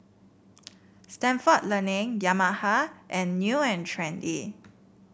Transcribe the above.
Stalford Learning Yamaha and New And Trendy